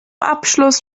abschluss